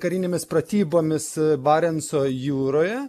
karinėmis pratybomis barenco jūroje